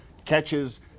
Catches